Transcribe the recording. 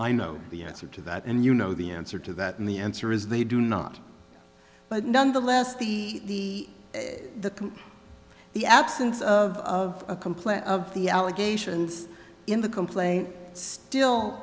i know the answer to that and you know the answer to that and the answer is they do not but nonetheless the the the the absence of of a complaint of the allegations in the complaint still